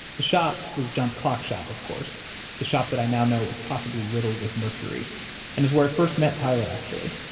the shop is john's clock shop, of course the shop that i now know is possibly riddled with mercury and is where i first met tyler, actually,